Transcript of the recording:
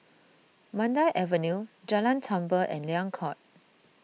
Mandai Avenue Jalan Tambur and Liang Court